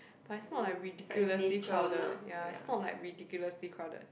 but it's not like ridiculously crowded ya it's not like ridiculously crowded